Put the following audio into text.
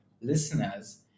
listeners